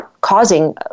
causing